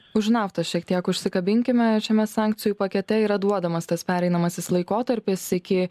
už naftą šiek tiek užsikabintime šiame sankcijų pakete yra duodamas tas pereinamasis laikotarpis iki